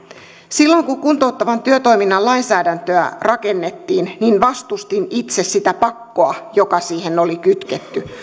silloin kun kuntouttavan työtoiminnan lainsäädäntöä rakennettiin vastustin itse sitä pakkoa joka siihen oli kytketty